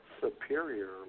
Superior